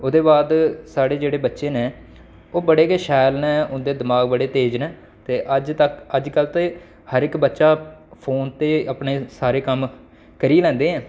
ओह्दे बाद साढ़े जेह्ड़े बच्चे न ओह् बड़े गै शैल ने उं'दे दमाग बड़े तेज न ते अजकल्ल ते हर इक बच्चा फोन ते अपने सारे कम्म करी लैंदे ऐ